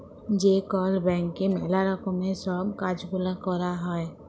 যে কল ব্যাংকে ম্যালা রকমের সব কাজ গুলা ক্যরা হ্যয়